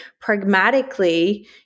pragmatically